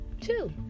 two